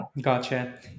gotcha